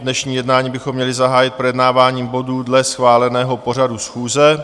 Dnešní jednání bychom měli zahájit projednáváním bodů dle schváleného pořadu schůze.